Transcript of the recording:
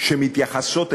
שמתייחסות אלינו,